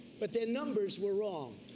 but their numbers were wrong.